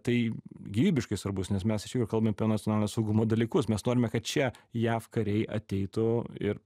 tai gyvybiškai svarbus nes mes iš tikrųjų kalbam apie nacionalinio saugumo dalykus mes norime kad čia jav kariai ateitų ir